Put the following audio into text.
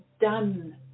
done